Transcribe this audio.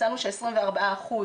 מצאנו ש-24%